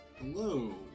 Hello